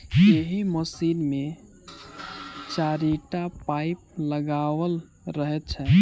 एहि मशीन मे चारिटा पाइप लगाओल रहैत छै